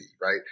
right